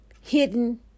hidden